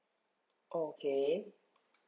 okay